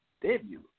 debut